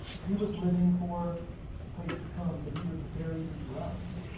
he was living for the place to come, that he would prepare even for us,